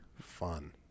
fun